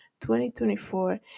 2024